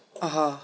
آہا